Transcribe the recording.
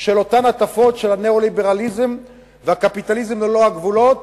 של אותן הטפות של הניאו-ליברליזם והקפיטליזם ללא גבולות